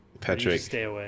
Patrick